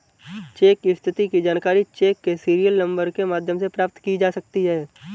check की स्थिति की जानकारी चेक के सीरियल नंबर के माध्यम से प्राप्त की जा सकती है